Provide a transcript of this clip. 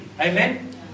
Amen